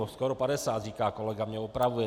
Skoro 50, říká kolega, mě opravuje.